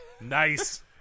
Nice